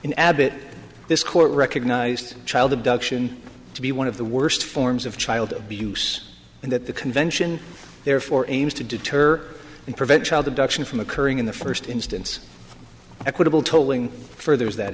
in abit this court recognized child abduction to be one of the worst forms of child abuse and that the convention therefore aims to deter and prevent child abduction from occurring in the first instance equitable tolling furthers that